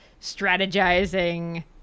strategizing